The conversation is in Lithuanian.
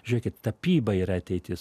žiūrėkit tapyba yra ateitis